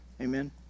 Amen